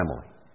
family